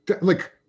Like-